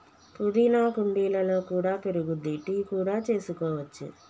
పుదీనా కుండీలలో కూడా పెరుగుద్ది, టీ కూడా చేసుకోవచ్చు